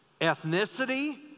ethnicity